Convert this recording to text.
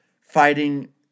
fighting